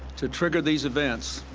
to trigger these events.